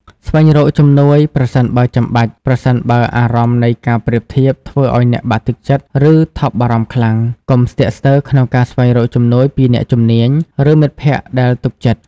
ស្វែងរកជំនួយប្រសិនបើចាំបាច់ ប្រសិនបើអារម្មណ៍នៃការប្រៀបធៀបធ្វើឲ្យអ្នកបាក់ទឹកចិត្ត ឬថប់បារម្ភខ្លាំង កុំស្ទាក់ស្ទើរក្នុងការស្វែងរកជំនួយពីអ្នកជំនាញ ឬមិត្តភក្តិដែលទុកចិត្ត។